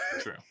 True